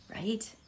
right